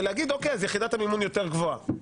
זה להגיד שיחידת המימון יותר גבוהה.